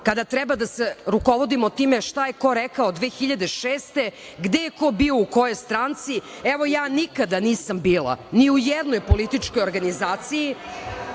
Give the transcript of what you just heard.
kada treba da se rukovodimo time ko je šta rekao 2006. godine, gde je ko bio u kojoj stranci. Evo ja nikada nisam bila ni u jednoj političkoj organizaciji